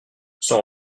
son